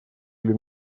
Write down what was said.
или